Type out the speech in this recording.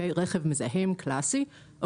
רכב מזהם קלאסי,